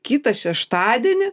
kitą šeštadienį